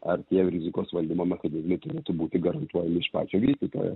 ar tie rizikos valdymo mechanizmai turėtų būti garantuojami iš pačio vystytojo